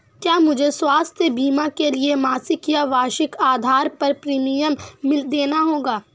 क्या मुझे स्वास्थ्य बीमा के लिए मासिक या वार्षिक आधार पर प्रीमियम देना होगा?